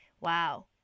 wow